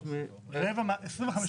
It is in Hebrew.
25%